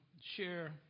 share